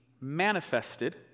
manifested